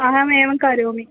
अहम् एवं करोमि